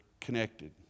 connected